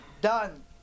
Done